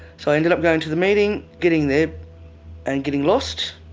so i ended up going to the meeting, getting there and getting lost.